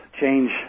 change